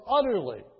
utterly